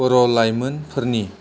बर' लाइमोनफोरनि